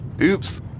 Oops